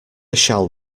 shall